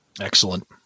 Excellent